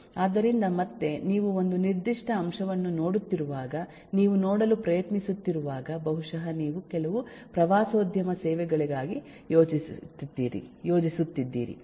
ಆದ್ದರಿಂದ ಮತ್ತೆ ನೀವು ಒಂದು ನಿರ್ದಿಷ್ಟ ಅಂಶವನ್ನು ನೋಡುತ್ತಿರುವಾಗ ನೀವು ನೋಡಲು ಪ್ರಯತ್ನಿಸುತ್ತಿರುವಾಗ ಬಹುಶಃ ನೀವು ಕೆಲವು ಪ್ರವಾಸೋದ್ಯಮ ಸೇವೆಗಳಿಗಾಗಿ ಯೋಜಿಸುತ್ತಿದ್ದೀರಿ